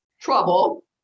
trouble